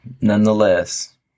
Nonetheless